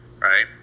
right